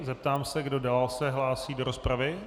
Zeptám se, kdo dál se hlásí do rozpravy.